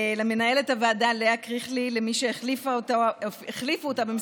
למנהלת הוועדה לאה קריכלי ולמי שהחליפו אותה במסירות,